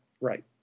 right